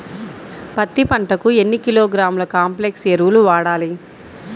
పత్తి పంటకు ఎన్ని కిలోగ్రాముల కాంప్లెక్స్ ఎరువులు వాడాలి?